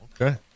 okay